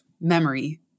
memory